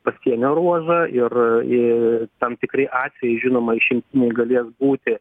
pasienio ruožą ir į tam tikri atvejai žinomai išimtiniai galės būti